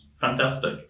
fantastic